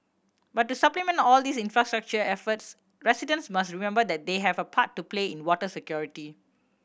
but to supplement all these infrastructure efforts residents must remember that they have a part to play in water security